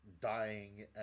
dying